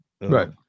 Right